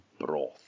broth